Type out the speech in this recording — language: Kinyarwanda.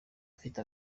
afite